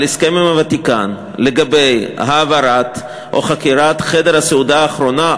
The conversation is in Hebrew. על הסכם עם הוותיקן לגבי העברת או חכירת חדר הסעודה האחרונה,